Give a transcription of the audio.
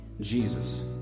Jesus